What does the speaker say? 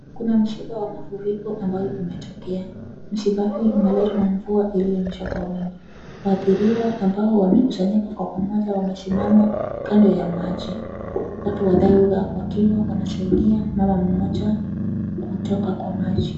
Kuna msiba wa mafuriko ambayo imetokea. Msiba hii umeletwa na mvua iliyonyesha kwa wingi, waathiriwa ambao wamekusanyika kwa pamoja wamesimama kando ya maji. Watu wa dharura wakiwa wanasaidia mama mmoja kutoka kwa maji.